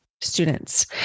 students